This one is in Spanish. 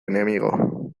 enemigo